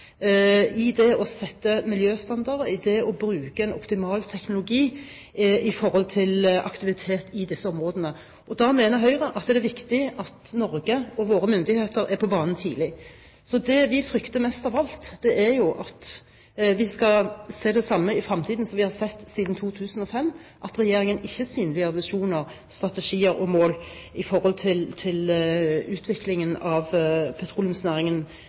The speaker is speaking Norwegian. å sette miljøstandarder, om å bruke en optimal teknologi på aktiviteten i disse områdene. Da mener Høyre at det er viktig at Norge og våre myndigheter er på banen tidlig. Det vi frykter mest av alt, er at vi skal se det samme i fremtiden som vi har sett siden 2005, at Regjeringen ikke synliggjør visjoner, strategier og mål når det gjelder utviklingen av petroleumsnæringen